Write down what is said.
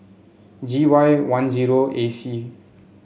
G Y one zero A C